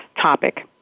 topic